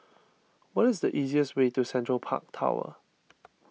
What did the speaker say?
what is the easiest way to Central Park Tower